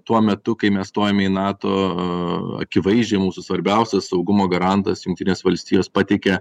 tuo metu kai mes stojam į nato akivaizdžiai mūsų svarbiausias saugumo garantas jungtinės valstijos pateikė